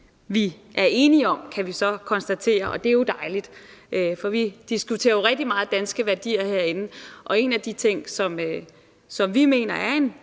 vi er enige om, kan vi så konstatere, og det er jo dejligt. Vi diskuterer rigtig meget danske værdier herinde, og en af de ting, som vi mener er en